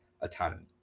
autonomy